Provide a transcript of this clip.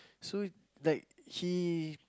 so like he